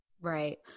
Right